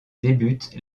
débutent